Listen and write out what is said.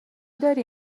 داری